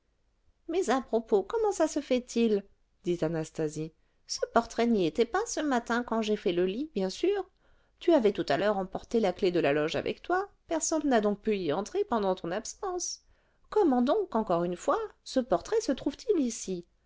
mais à propos comment ça se fait-il dit anastasie ce portrait n'y était pas ce matin quand j'ai fait le lit bien sûr tu avais tout à l'heure emporté la clef de la loge avec toi personne n'a donc pu y entrer pendant ton absence comment donc encore une fois ce portrait se trouve-t-il ici